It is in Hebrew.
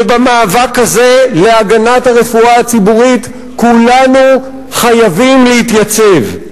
ובמאבק הזה להגנת הרפואה הציבורית כולנו חייבים להתייצב.